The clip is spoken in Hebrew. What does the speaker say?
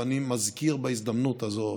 ואני מזכיר בהזדמנות הזאת,